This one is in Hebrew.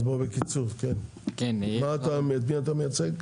את מי אתה מייצג?